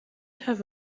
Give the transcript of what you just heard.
have